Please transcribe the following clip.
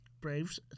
Braves